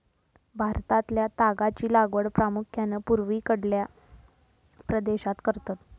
भारतातल्या तागाची लागवड प्रामुख्यान पूर्वेकडल्या प्रदेशात करतत